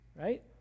right